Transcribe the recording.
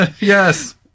Yes